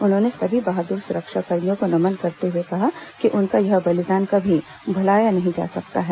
उन्होंने सभी बहादुर सुरक्षाकर्मियों को नमन करते हुए कहा कि उनका यह बलिदान कभी भुलाया नहीं जा सकता है